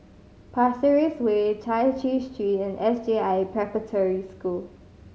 Pasir Ris Way Chai Chee Street and S J I Preparatory School